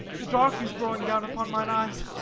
the dark is drawing down upon mine eyes